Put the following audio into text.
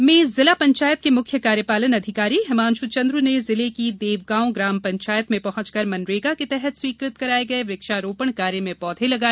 छतरपुर में जिला पंचायत के मुख्य कार्यपालन अधिकारी हिमांश् चंद्र ने जिले की देवगांव ग्राम पंचायत में पहुंचकर मनरेगा के तहत स्वीकृत कराए गए वृक्षारोपण कार्य में पौधे लगाए